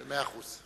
מאה אחוז.